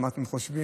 אז מה אתם חושבים,